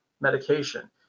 medication